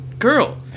girl